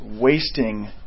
wasting